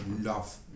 love